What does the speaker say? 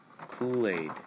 Kool-Aid